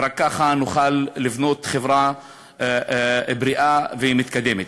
ורק ככה נוכל לבנות חברה בריאה ומתקדמת.